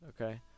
okay